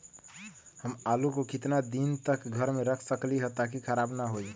हम आलु को कितना दिन तक घर मे रख सकली ह ताकि खराब न होई?